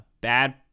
bad